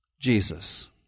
Jesus